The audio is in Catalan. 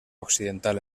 occidental